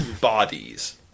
bodies